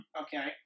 Okay